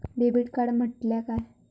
Debit card म्हटल्या काय?